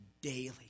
daily